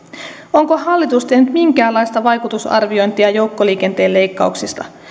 onko hallitus tehnyt minkäänlaista vaikutusarviointia joukkoliikenteen leikkauksista